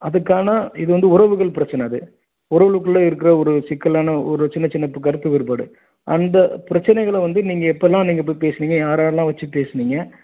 அதுக்கான இது வந்து உறவுகள் பிரச்சனை அது உறவுகளுக்குள்ளே இருக்கிற ஒரு சிக்கலான ஒரு சின்ன சின்ன கருத்து வேறுபாடு அந்த பிரச்சனைகளை வந்து நீங்கள் எப்போலாம் நீங்கள் இப்போ பேசுனீங்க யார் யார்லாம் வச்சி பேசுனீங்க